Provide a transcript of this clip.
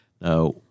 Now